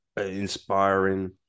inspiring